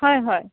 হয় হয়